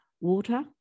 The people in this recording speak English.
water